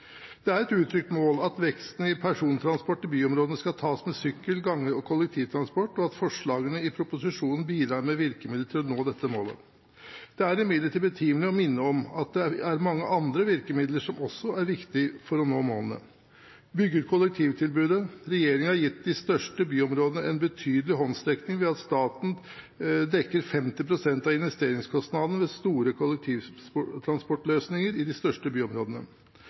Det er et uttrykt mål at veksten i persontransporten i byområdene skal tas med sykkel, gange og kollektivtransport, og at forslagene i proposisjonen bidrar med virkemidler til å nå dette målet. Det er imidlertid betimelig å minne om at det er mange andre virkemidler som også er viktige for å nå målene: bygge ut kollektivtilbudet – regjeringen har gitt de største byområdene en betydelig håndsrekning ved at staten dekker 50 pst. av investeringskostnadene ved store kollektivtransportløsninger i de største byområdene